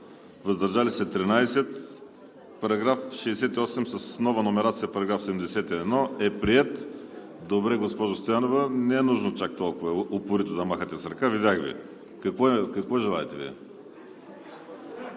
въздържали се 13. Параграф 68 с нова номерация § 71 е приет. Госпожо Стоянова, не е нужно толкова упорито да махате с ръка. Видях Ви. Какво желаете?